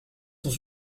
sont